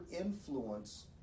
influence